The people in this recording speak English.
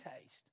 taste